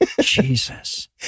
Jesus